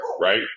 right